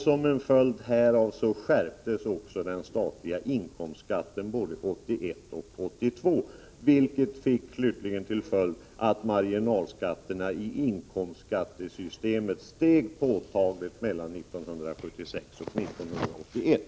Som en följd härav skärptes också den statliga inkomstskatten både 1981 och 1982, vilket fick till följd att marginalskatterna i inkomstskattesystemet steg påtagligt mellan 1976 och 1981.